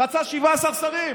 רצה 17 שרים.